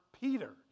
Peter